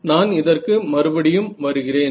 நான் இதை மறுபடியும் வருகிறேன்